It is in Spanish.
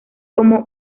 como